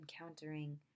encountering